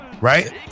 right